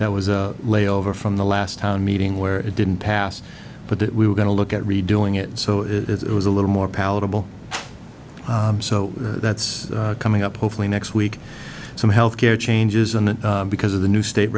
that was a layover from the last town meeting where it didn't pass but we were going to look at redoing it so it was a little more palatable so that's coming up hopefully next week some health care changes and because of the new state